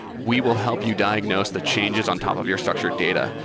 we will help you diagnose the changes on top of your structured data.